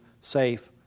safe